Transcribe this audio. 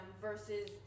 versus